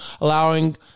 allowing